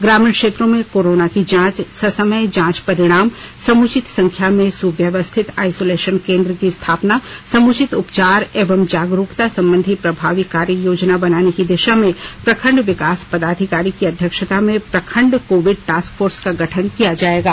ग्रामीण क्षेत्रों में कोरोना की जांच ससमय जांच परिणाम समुचित संख्या में सुव्यवस्थित आइसोलेशन केंद्र की स्थापना समुचित उपचार एवं जागरूकता संबंधी प्रभावी कार्य योजना बनाने की दिशा में प्रखंड विकास पदाधिकारी की अध्यक्षता में प्रखंड कोविड टास्क फोर्स का गठन किया जायेगा